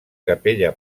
capella